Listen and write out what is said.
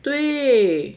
对